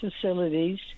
facilities